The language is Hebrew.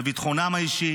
בביטחונם האישי,